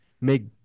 make